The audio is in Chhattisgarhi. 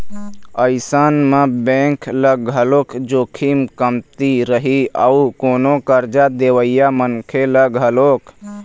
अइसन म बेंक ल घलोक जोखिम कमती रही अउ कोनो करजा देवइया मनखे ल घलोक